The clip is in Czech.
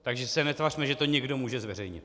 Takže se netvařme, že to někdo může zveřejnit.